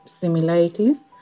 similarities